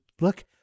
look